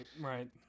right